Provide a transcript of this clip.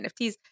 NFTs